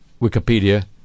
Wikipedia